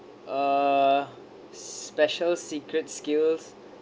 uh special secret skills